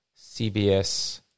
cbs